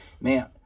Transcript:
Man